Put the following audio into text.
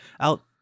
out